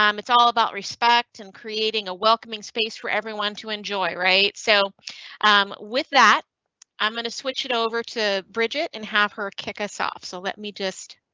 um it's all about respect and creating a welcoming space for everyone to enjoy, right? so um with that i'm going to switch it over to bridget and have her kick us off. so let me just.